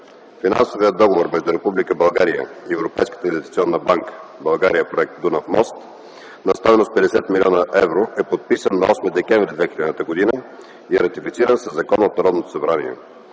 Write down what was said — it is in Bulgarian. Финансовият договор между Република България и Европейската инвестиционна банка „България – проект Дунав мост” на стойност 50 млн. евро е подписан на 8 декември 2000 г. и е ратифициран със закон от Народното събрание.